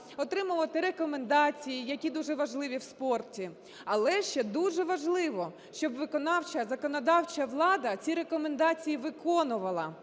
отримувати рекомендації, які дуже важливі в спорті. Але ще дуже важливо, щоб виконавча, законодавча влада ці рекомендації виконувала.